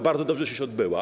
Bardzo dobrze, że się odbyła.